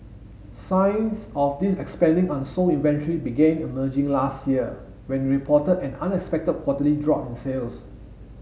signs of its expanding unsold inventory began emerging last year when it reported an unexpected quarterly drop in sales